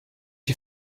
you